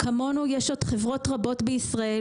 כמונו יש עוד חברות רבות בישראל,